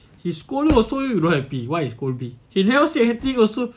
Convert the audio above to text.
he scold you also you not happy why he scold me he never say anything also